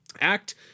Act